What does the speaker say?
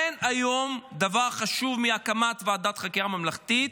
אין היום דבר חשוב מהקמת ועדת חקירה ממלכתית,